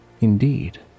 Indeed